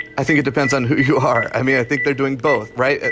i think it depends on who you are. i mean, i think they're doing both right.